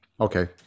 Okay